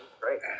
great